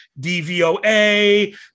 DVOA